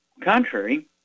Contrary